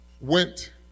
went